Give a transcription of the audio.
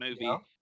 movie